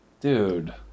Dude